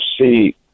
see